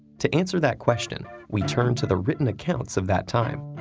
to answer that question, we turn to the written accounts of that time.